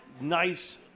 nice